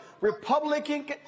Republican